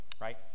right